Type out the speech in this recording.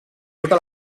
tota